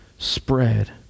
spread